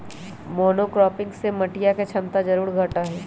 monocropping से मटिया के क्षमता जरूर घटा हई